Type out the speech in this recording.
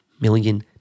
million